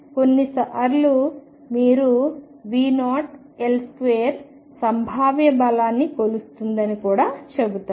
కాబట్టి కొన్నిసార్లు మీరు V0L2 సంభావ్య బలాన్ని కొలుస్తుందని కూడా చెబుతారు